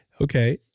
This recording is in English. Okay